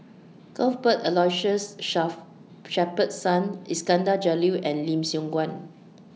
Cuthbert Aloysius Shepherdson Iskandar Jalil and Lim Siong Guan